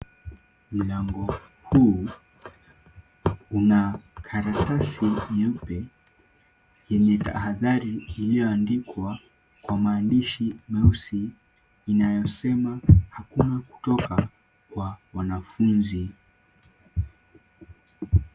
Mlango huu una karatasi nyeupe yenye tahadhari iliyoandikwa kwa maandishi meusi, inayosema hakuna kutoka kwa wanafunzi.